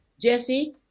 Jesse